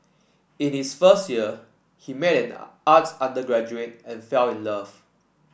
in his first year he met arts undergraduate and fell in love